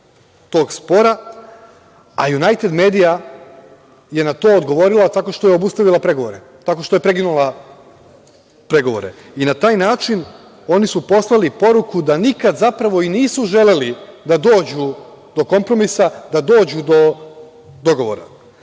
tog spora, a „Junajted medija“ je na to odgovorila tako što je obustavila pregovore, tako što je prekinula pregovore. Na taj način oni su poslali poruku da nikada, zapravo, i nisu želeli da dođu do kompromisa, da dođu do dogovora.